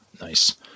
Nice